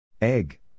Egg